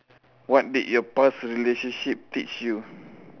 what did your past relationship teach you